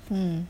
mm